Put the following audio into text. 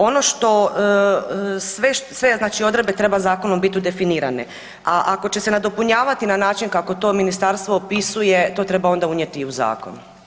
Ono što, sve znači odredbe treba zakonom biti definirane, a ako će se nadopunjavati na način kako to ministarstvo opisuje, to treba onda unijeti u zakon.